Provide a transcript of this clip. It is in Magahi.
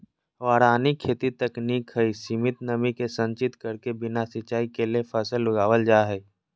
वारानी खेती तकनीक हई, सीमित नमी के संचित करके बिना सिंचाई कैले फसल उगावल जा हई